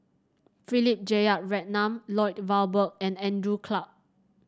Philip Jeyaretnam Lloyd Valberg and Andrew Clarke